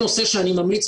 שאני ממליץ,